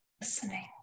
listening